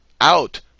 out